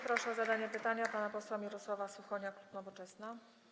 Proszę o zadanie pytania pana posła Mirosława Suchonia, klub Nowoczesna.